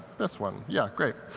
this one, yeah, great.